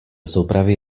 soupravy